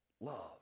love